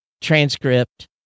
transcript